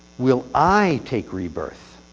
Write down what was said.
will i take rebirth?